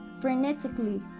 frenetically